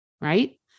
Right